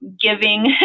giving